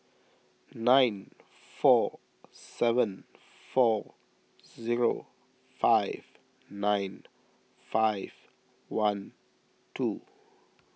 nine four seven four zero five nine five one two